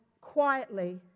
quietly